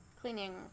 cleaning